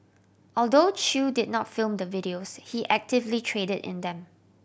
although Chew did not film the videos he actively traded in them